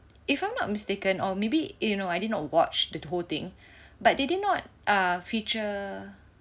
if I'm not mistaken or maybe you know I did not watch the whole thing but they did not err feature